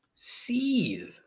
seethe